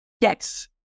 Yes